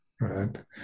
right